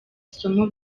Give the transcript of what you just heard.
isomo